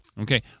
Okay